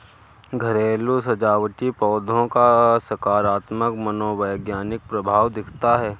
घरेलू सजावटी पौधों का सकारात्मक मनोवैज्ञानिक प्रभाव दिखता है